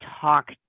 talk